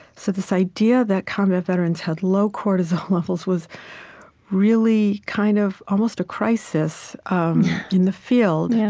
so this idea that combat veterans had low cortisol levels was really kind of almost a crisis in the field,